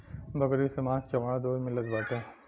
बकरी से मांस चमड़ा दूध मिलत बाटे